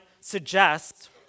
suggest